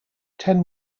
ten